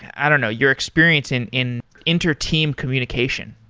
i don't know, your experience in in inter-team communication?